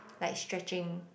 like stretching